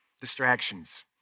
Distractions